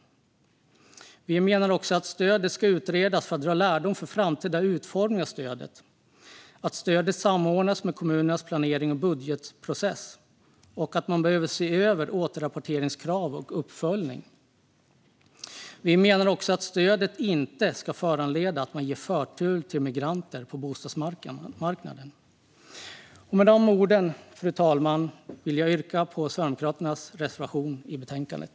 Vi menar också att stödet ska utredas för att dra lärdom inför framtida utformning av stödet, vidare att stödet ska samordnas med kommunernas planerings och budgetprocess samt att återrapporteringskrav och uppföljning bör ses över. Vi menar också att stödet inte ska föranleda att migranter ges förtur på bostadsmarknaden. Med de orden, fru talman, vill jag yrka bifall till Sverigedemokraternas reservation i betänkandet.